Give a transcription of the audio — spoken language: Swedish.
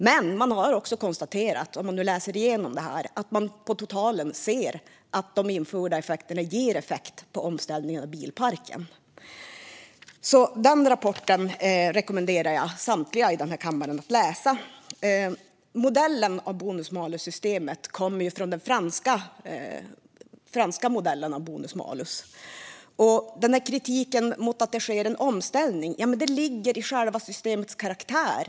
Men man konstaterar också - vilket den som läser igenom rapporten ser - att man på totalen ser att de vidtagna åtgärderna ger effekt på omställningen av bilparken. Den rapporten rekommenderar jag samtliga i den här kammaren att läsa. Modellen för det svenska bonus malus-systemet kommer från den franska modellen för bonus malus. Det framförs kritik mot att det sker en omställning. Men det ligger i själva systemets karaktär.